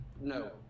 No